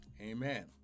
Amen